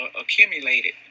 accumulated